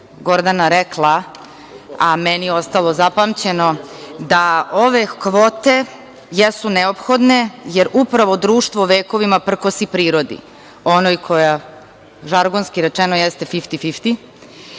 Gordana rekla, a meni je ostalo zapamćeno, da ove kvote jesu neophodne, jer upravo društvo vekovima prkosi prirodi, onoj koja, žargonski rečeno, jeste fifti